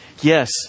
Yes